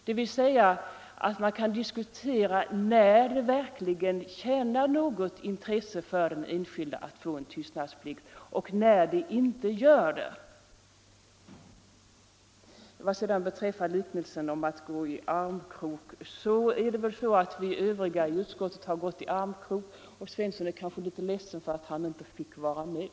Dvs. att man kan diskutera när det verkligen tjänar något intresse för den enskilde att få en tystnadsplikt och när det inte gör det. Vad sedan beträffar liknelsen om att gå i armkrok, är det väl så att vi övriga i utskottet har gått i armkrok, och herr Svensson är kanske litet ledsen för att han inte fick vara med.